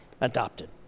adopted